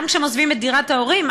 גם כשהם עוזבים את דירת ההורים,